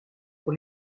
pour